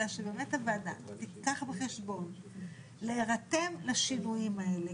אלא שבאמת הוועדה תיקח בחשבון להירתם לשינויים האלה,